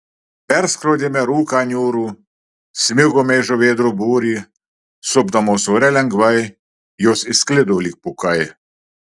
perskrodėme rūką niūrų smigome į žuvėdrų būrį supdamos ore lengvai jos išsklido lyg pūkai